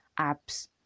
apps